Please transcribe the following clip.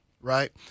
right